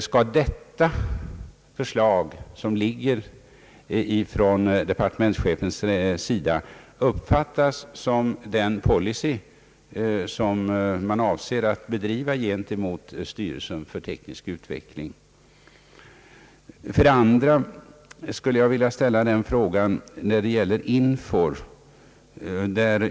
För det första vill jag fråga: Skall departementschefens förslag uppfattas som den policy som man avser att bedriva gentemot styrelsen för teknisk utveckling? För det andra vill jag fråga om IN FOR.